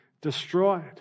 destroyed